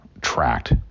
tracked